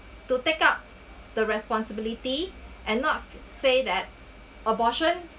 to take up the responsibility and not say that abortion